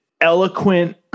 eloquent